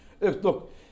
Look